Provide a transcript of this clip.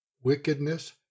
Wickedness